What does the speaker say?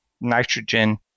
nitrogen